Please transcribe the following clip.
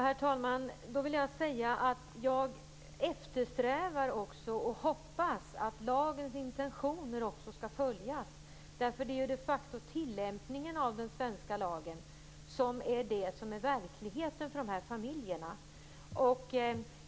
Herr talman! Jag eftersträvar och hoppas också att lagens intentioner skall följas. Det är tillämpningen av den svenska lagen som är verkligheten för de här familjerna.